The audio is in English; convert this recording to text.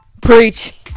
preach